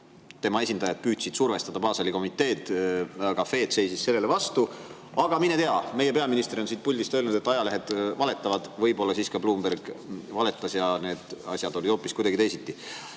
esindajad püüdsid survestada Baseli komiteed, aga Fed seisis sellele vastu. Aga mine tea, meie peaminister on siit puldist öelnud, et ajalehed valetavad, võib-olla ka Bloomberg valetas ja need asjad olid hoopis kuidagi teisiti.